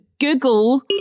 google